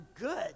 good